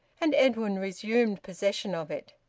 and edwin resumed possession of it.